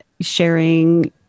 sharing